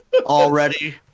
Already